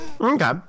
Okay